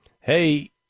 hey